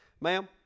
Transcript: ma'am